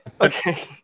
okay